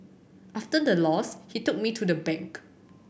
after the loss he took me to the bank